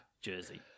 jersey